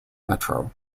metro